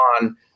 on